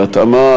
בהתאמה,